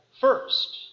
first